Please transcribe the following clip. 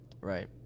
right